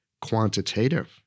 quantitative